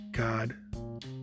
God